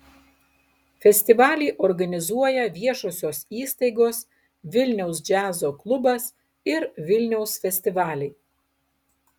festivalį organizuoja viešosios įstaigos vilniaus džiazo klubas ir vilniaus festivaliai